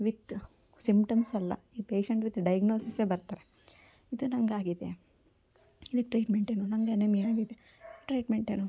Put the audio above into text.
with ಸಿಮ್ಟಮ್ಸಲ್ಲ ಈಗ patient with ಡೈಗ್ನೋಸಿಸ್ಸೆ ಬರ್ತಾರೆ ಇದು ನಂಗೆ ಆಗೈತೆ ಇದಕ್ಕೆ ಟ್ರೀಟ್ಮೆಂಟೇನು ನಂಗೆ ಅನಿಮಿಯಾ ಆಗಿದೆ ಟ್ರೀಟ್ಮೆಂಟ